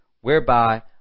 whereby